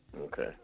Okay